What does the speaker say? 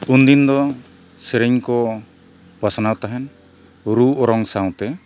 ᱩᱱᱫᱤᱱ ᱫᱚ ᱥᱮᱨᱮᱧ ᱠᱚ ᱯᱟᱥᱱᱟᱣ ᱛᱟᱦᱮᱱ ᱨᱩ ᱚᱨᱚᱝ ᱥᱟᱶᱛᱮ